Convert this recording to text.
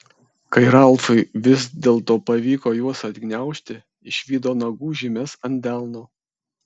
kai ralfui vis dėlto pavyko juos atgniaužti išvydo nagų žymes ant delno